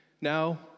Now